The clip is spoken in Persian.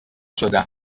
شدم